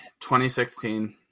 2016